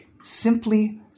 simply